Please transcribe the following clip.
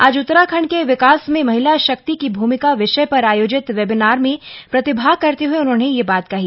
आज उत्तराखण्ड के विकास में महिला शक्ति की भूमिका विषय पर आयोजित वेबनार में प्रतिभाग करते हुए उन्होंने यह बात कही